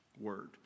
word